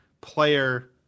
player